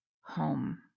home